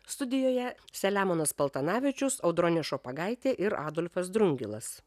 studijoje selemonas paltanavičius audronė šopagaitė ir adolfas drungilas